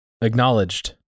acknowledged